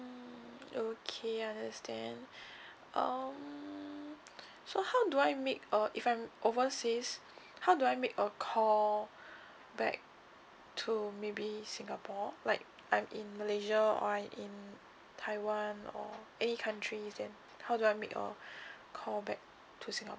mm okay understand um so how do I make a if I'm overseas how do I make a call back to maybe singapore like I'm in malaysia or I in taiwan or any countries then how do I make a call back to singapore